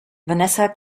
vanessa